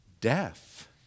death